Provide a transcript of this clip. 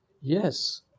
yes